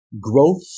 Growth